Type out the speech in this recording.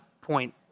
point